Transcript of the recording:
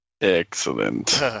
Excellent